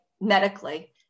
medically